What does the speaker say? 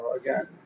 Again